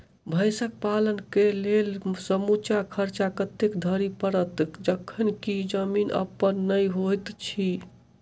भैंसक पालन केँ लेल समूचा खर्चा कतेक धरि पड़त? जखन की जमीन अप्पन नै होइत छी